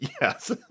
yes